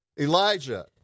Elijah